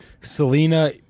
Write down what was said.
Selena